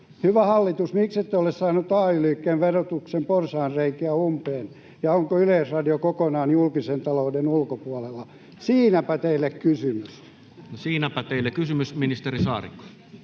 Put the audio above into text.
Hyvä hallitus, miksi ette ole saaneet ay-liikkeen verotuksen porsaanreikiä umpeen, ja onko Yleisradio kokonaan julkisen talouden ulkopuolella? Siinäpä teille kysymys. [Speech 106] Speaker: Toinen